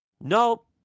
Nope